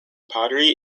pottery